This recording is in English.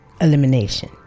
elimination